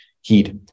heat